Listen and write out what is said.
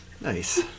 Nice